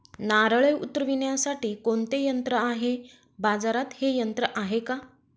नारळे उतरविण्यासाठी कोणते यंत्र आहे? बाजारात हे यंत्र आहे का?